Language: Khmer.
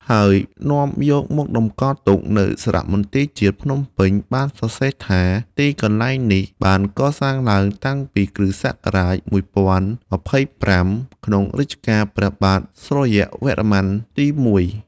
ហើយនាំយកមកតម្កល់ទុកនៅសារមន្ទីរជាតិភ្នំពេញ បានសរសេរថា ទីកន្លែងនេះបានកសាងឡើងតាំងពីគ.ស. ១០២៥ ក្នុងរជ្ជកាលព្រះបាទសូរ្យវរ្ម័នទី១ ។